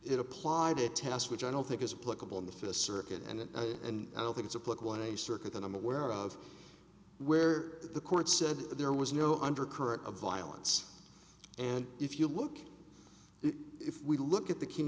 it applied a test which i don't think is political in the circuit and i don't think it's a political in a circuit that i'm aware of where the court said there was no undercurrent of violence and if you look if we look at the king